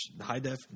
high-def